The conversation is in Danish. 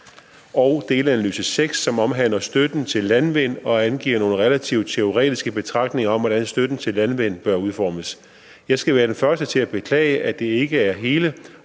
og delanalyse 6, som omhandler støtten til landvind og angiver nogle relativt teoretiske betragtninger om, hvordan støtten til landmænd bør udformes. Jeg skal være den første til at beklage, at hele